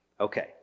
Okay